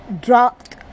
Dropped